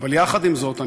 אבל יחד עם זאת,